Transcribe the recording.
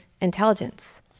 intelligence